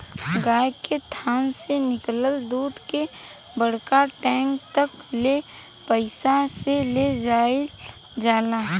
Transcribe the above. गाय के थान से निकलल दूध के बड़का टैंक तक ले पाइप से ले जाईल जाला